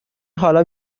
حالا